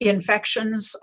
infections,